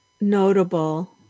Notable